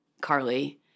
Carly